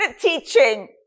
teaching